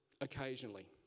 Occasionally